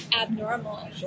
abnormal